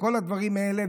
בכל הדברים האלה,